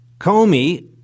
Comey